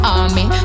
army